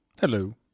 Hello